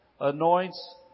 anoints